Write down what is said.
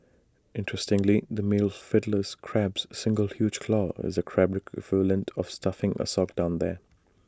interestingly the male Fiddler crab's single huge claw is A Crab equivalent of stuffing A sock down there